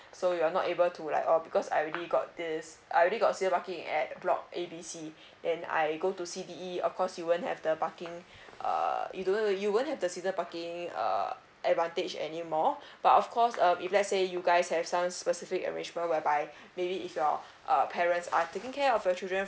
so you're not able to like oh because I already got this I already got season parking at block A B C then I go to C D E of course you won't have the parking uh you do you won't have the season parking uh advantage anymore but of course uh if let's say you guys have some specific arrangement whereby maybe if your uh parents are taking care of your children